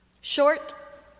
Short